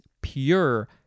pure